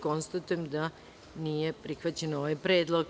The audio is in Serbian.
Konstatujem da nije prihvaćen ovaj predlog.